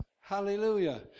Hallelujah